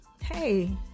hey